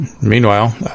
Meanwhile